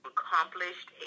Accomplished